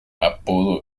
apodo